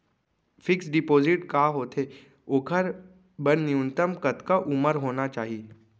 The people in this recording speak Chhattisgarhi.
फिक्स डिपोजिट का होथे ओखर बर न्यूनतम कतका उमर होना चाहि?